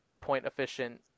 point-efficient